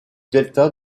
delta